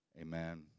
amen